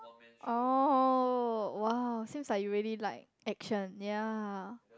oh !wow! seems like you really like action ya